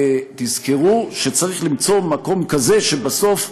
תזכרו שצריך למצוא מקום כזה שבסוף,